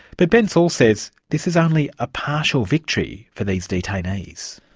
but ben saul says this is only a partial victory for these detainees.